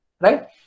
right